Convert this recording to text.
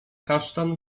kasztan